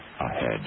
ahead